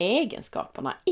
egenskaperna